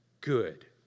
good